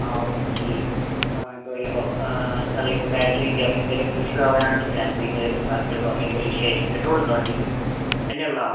ആ ഓക്കെ ഇപ്പോൾ വല്ലതും സാരമില്ല ഇപ്പോൾ ബാറ്ററീൻ്റെ അങ്ങനെ എന്തേലും ഒക്കെ ഇഷ്യൂ ആവാൻ ആണ് ചാൻസ് ഇല്ലേല് സ്പാർക്ക് പ്ലഗ്ഗോ അങ്ങനെ എന്തേലും ഇഷ്യൂ ആയിരിക്കും പെട്രോൾ ഉണ്ടോ വണ്ടിയില് എണ്ണ ഉള്ള ആണോ